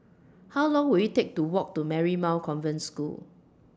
How Long Will IT Take to Walk to Marymount Convent School